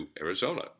Arizona